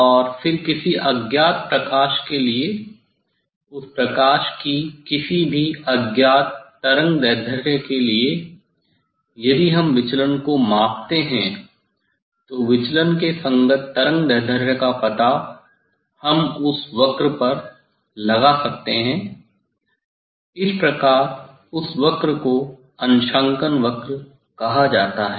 और फिर किसी अज्ञात प्रकाश के लिए उस प्रकाश की किसी भी अज्ञात तरंगदैर्ध्य के लिए यदि हम विचलन को मापते हैं तो विचलन के संगत तरंगदैर्ध्य का पता हम उस वक्र पर लगा सकते हैं इस प्रकार उस वक्र को अंशांकन वक्र कहा जाता है